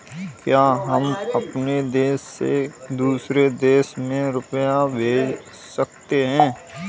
क्या हम अपने देश से दूसरे देश में रुपये भेज सकते हैं?